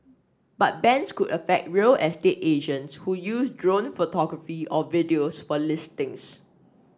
but bans could affect real estate agents who use drone photography or videos for listings